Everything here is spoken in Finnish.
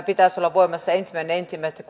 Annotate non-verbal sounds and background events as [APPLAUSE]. [UNINTELLIGIBLE] pitäisi olla voimassa ensimmäinen ensimmäistä [UNINTELLIGIBLE]